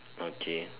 okay